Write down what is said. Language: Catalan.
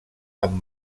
amb